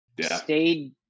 stayed